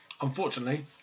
Unfortunately